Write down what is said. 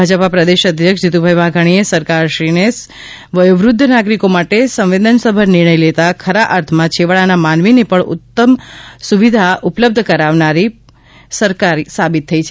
ભાજપા પ્રદેશ અધ્યક્ષ જીતુભાઈ વાઘાણીએ સરકારશ્રીને સરકારે વયોવૃદ્ધ નાગરિકો માટે સંવેદનાસભર નિર્ણય લેતા ખરાં અર્થમાં છેવાડાના માનવીને પણ ઉત્તર સુવિધા ઉપલબ્ધ કરાવનારી પર દુઃખભંજન સરકાર સાબિત થઇ છે